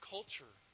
Culture